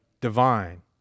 divine